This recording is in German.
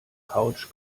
couch